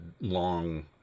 long